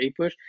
APUSH